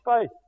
faith